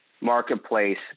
marketplace